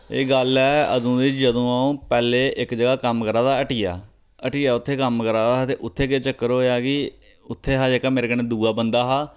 एह् गल्ल ऐ अदूं दी जदूं आ'ऊं पैह्लें इक जगह् कम्म करा दा हट्टिया हट्टिया उत्थे कम्म करा दा हा ते उत्थे केह् चक्कर होएआ कि उत्थें हा जेह्का मेरे कन्नै दूआ बंदा हा